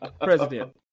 president